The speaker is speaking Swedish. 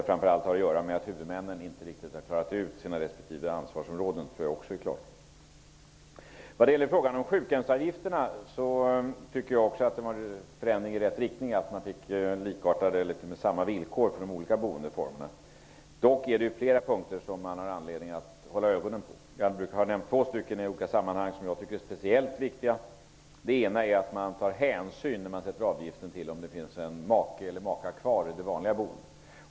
Framför allt beror det på att huvudmännen inte har klarat ut respektive ansvarsområden. Vidare har vi frågan om sjukhemsavgifterna. Jag tycker att det är en förändring i rätt riktning att det blir likartade villkor för de olika boendeformerna. Dock finns det anledning att hålla ögonen öppna på flera punkter. Jag har nämnt i olika sammanhang två punkter som jag tycker är speciellt viktiga. Den ena är att ta hänsyn vid avgiftssättningen om det finns en maka eller make kvar i det vanliga boendet.